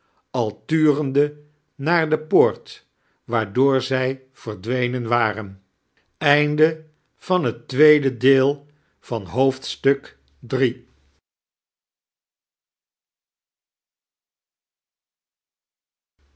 al turende naar de poort waardoor zij verdwenen waren